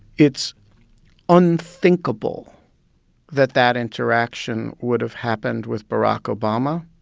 it's unthinkable that that interaction would've happened with barack obama,